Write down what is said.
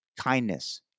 kindness